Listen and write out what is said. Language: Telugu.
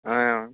ఆ